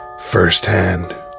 firsthand